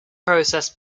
process